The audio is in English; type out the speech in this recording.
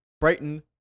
Brighton